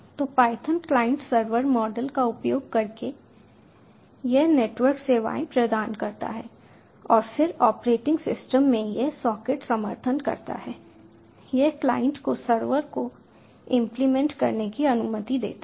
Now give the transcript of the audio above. तो Python client server model का उपयोग करके यह नेटवर्क सेवाएं प्रदान करता है और फिर ऑपरेटिंग सिस्टम में यह सॉकेट समर्थन करता है यह क्लाइंट को सर्वर को इंप्लीमेंट करने की अनुमति देता है